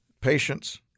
patience